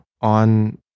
on